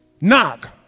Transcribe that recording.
Knock